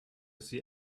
see